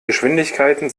geschwindigkeiten